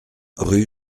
rue